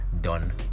done